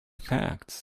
facts